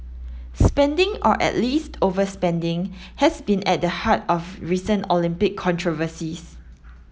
spending or at least overspending has been at the heart of recent Olympic controversies